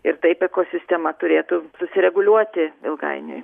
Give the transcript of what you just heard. ir taip ekosistema turėtų susireguliuoti ilgainiui